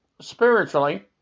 spiritually